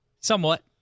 Somewhat